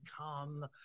come